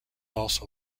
also